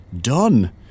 Done